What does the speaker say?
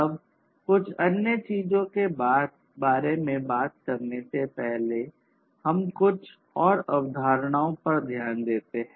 अब कुछ अन्य चीजों के बारे में बात करने से पहले हम कुछ और अवधारणाओं पर ध्यान देते हैं